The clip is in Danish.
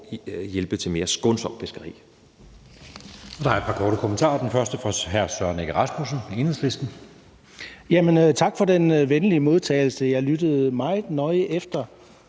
hjælpe til et mere skånsomt fiskeri.